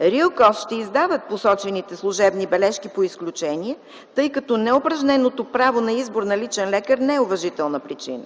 РИОКОЗ ще издават посочените служебни бележки по изключение, тъй като неупражненото право на избор на личен лекар не е уважителна причина.